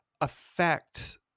affect